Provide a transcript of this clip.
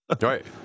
Right